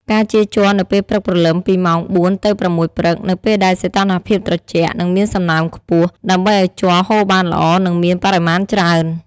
គេចៀរជ័រនៅពេលព្រឹកព្រលឹមពីម៉ោង ៤ ទៅ ៦ ព្រឹក នៅពេលដែលសីតុណ្ហភាពត្រជាក់ និងមានសំណើមខ្ពស់ ដើម្បីឱ្យជ័រហូរបានល្អ និងមានបរិមាណច្រើន។